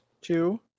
Two